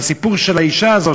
והסיפור של האישה הזאת,